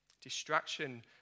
distraction